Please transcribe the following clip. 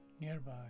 nearby